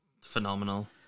phenomenal